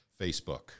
Facebook